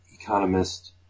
economist